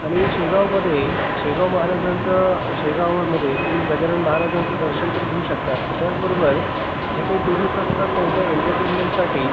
आणि शेगावमध्ये शेगाव महाराजांचं शेगावमध्ये तुम्ही गजानन महाराजांचं दर्शन पण घेऊ शकता पण त्याचबरोबर जे काही टुरिस्ट असतात त्यांच्या एन्टरटेनमेंटसाठी